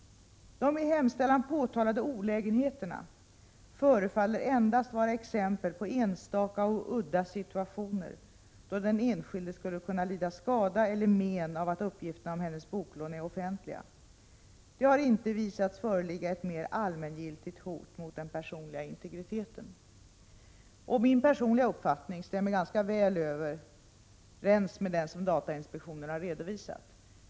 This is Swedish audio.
De i hemställan påtalade olägenheterna förefaller endast vara exempel på enstaka och udda situationer då den enskilde skulle kunna lida skada eller men av att uppgifterna om hennes boklån är offentliga. Det har inte visats föreligga ett mer allmängiltigt hot mot den personliga integriteten.” Min personliga uppfattning stämmer ganska väl överens med den som datainspektionen har redovisat.